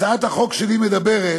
הצעת החוק שלי מדברת